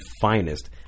finest